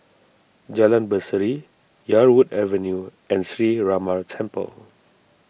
Jalan Berseri Yarwood Avenue and Sree Ramar Temple